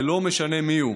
ולא משנה מי הוא.